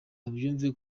babyumve